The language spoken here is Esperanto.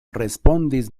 respondis